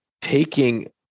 taking